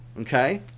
okay